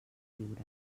lliure